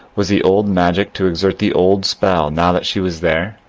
was the old magic to exert the old spell now that she was there,